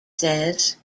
says